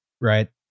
right